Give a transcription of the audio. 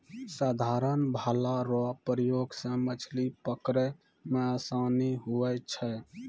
साधारण भाला रो प्रयोग से मछली पकड़ै मे आसानी हुवै छै